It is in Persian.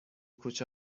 کوچه